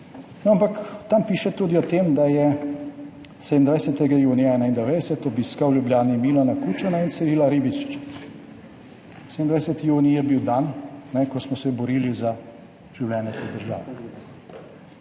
Ampak tam piše tudi o tem, da je 27. junija 1991 obiskal v Ljubljani Milana Kučana in Cirila Ribičiča. 27. junij je bil dan, ko smo se borili za življenje te države.